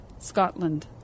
Scotland